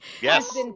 Yes